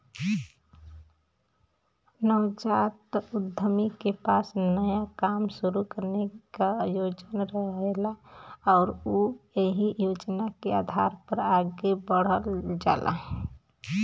नवजात उद्यमी के पास नया काम शुरू करे क योजना रहेला आउर उ एहि योजना के आधार पर आगे बढ़ल जाला